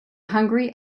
hungry